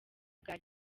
bwa